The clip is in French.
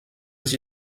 aux